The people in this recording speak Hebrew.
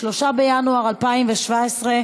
אין נמנעים.